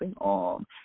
on